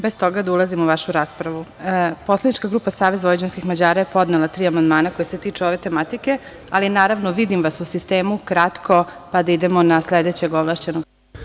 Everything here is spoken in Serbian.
Bez toga da ulazim u vašu raspravu, poslanička grupa SVM je podnela tri amandmana koji se tiču ove tematike, ali, naravno, vidim vas u sistemu, kratko pa da idemo na sledećeg govornika.